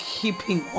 keeping